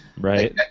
Right